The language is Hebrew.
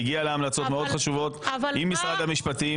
היא הגיעה להמלצות מאוד חשובות עם משרד המשפטים.